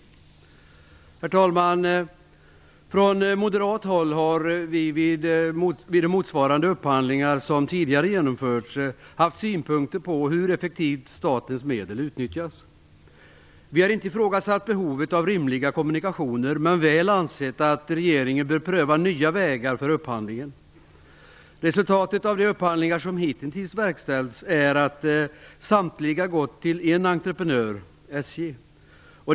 Herr talman! Från moderat håll har vi vid motsvarande upphandlingar som tidigare genomförts haft synpunkter på hur effektivt statens medel utnyttjats. Vi har inte ifrågasatt behovet av rimliga kommunikationer men väl ansett att regeringen bör pröva nya vägar för upphandlingen. Resultatet av de upphandlingar som hitintills verkställts är att samtliga gått till en entreprenör, SJ.